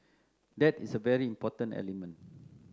that is a very important element